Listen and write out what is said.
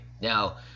now